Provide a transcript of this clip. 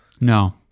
No